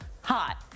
hot